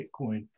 Bitcoin